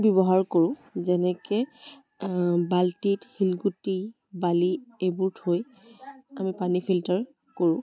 ব্যৱহাৰ কৰোঁ যেনেকৈ বাল্টিত শিলগুটি বালি এইবোৰ থৈ আমি পানী ফিল্টাৰ কৰোঁ